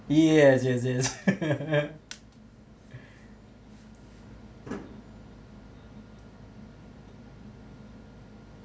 yes yes yes